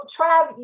Trav